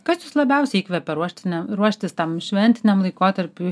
kas jus labiausiai įkvepia ruošti ne ruoštis tam šventiniam laikotarpiui